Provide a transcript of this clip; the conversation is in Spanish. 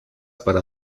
para